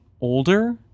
older